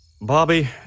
Bobby